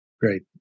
Great